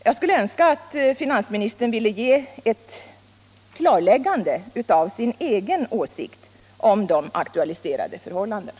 Jag skulle önska att finansministern ville göra ett klarläggande av sin egen åsikt om de aktualiserade förhållandena.